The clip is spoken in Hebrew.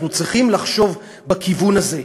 אנחנו צריכים לחשוב בכיוון הזה.